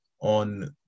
on